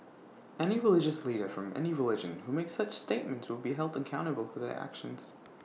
any religious leader from any religion who makes such statements will be held accountable for their actions